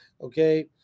okay